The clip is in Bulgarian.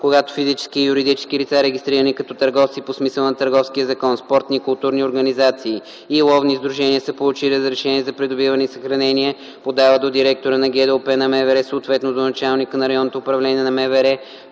Когато физически и юридически лица, регистрирани като търговци по смисъла на Търговския закон, спортни и културни организации и ловни сдружения са получили разрешение за придобиване и съхранение, подават до директора на ГДОП на МВР, съответно до началника на РУ на МВР